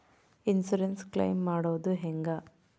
Insurance claim ಮಾಡೋದು ಹೆಂಗ?